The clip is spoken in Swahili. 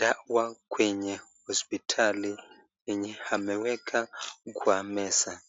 dawa kwenye hospitali yenye ameweka Kwa meza.